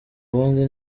ubundi